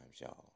y'all